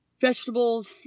vegetables